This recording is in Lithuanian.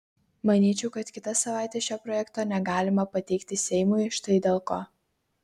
manyčiau kad kitą savaitę šio projekto negalima pateikti seimui štai dėl ko